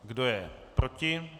Kdo je proti?